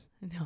No